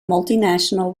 multinational